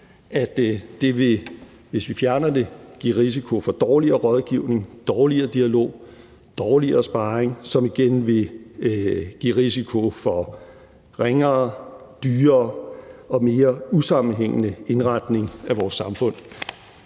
reglen, vil det give en risiko for en dårligere rådgivning, dårligere dialog og dårligere sparring, som igen vil give en risiko for en ringere, dyrere og mere usammenhængende indretning af vores samfund.